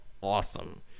awesome